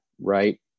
right